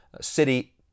city